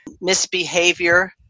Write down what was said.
misbehavior